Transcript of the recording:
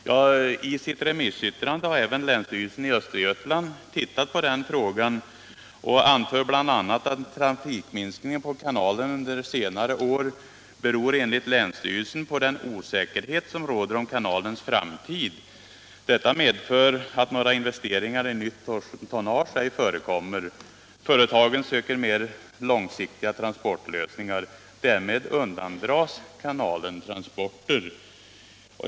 Ja, i sitt remissyttrande har även länsstyrelsen i Östergötlands län tittat på den frågan och bl.a. anfört att trafikminskningen på kanalen under senare år beror på den osäkerhet som råder om kanalens framtid och som medför att några investeringar i nytt tonnage inte förekommer utan att företagen söker mer långsiktiga transportlösningar, varigenom kanalen undandras transporter.